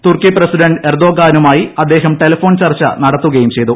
തുർക്കി president ഏർദോഗാനുമായി അദ്ദേഹം telephone ചർച്ച നടത്തുകയും ചെയ്തു